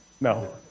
No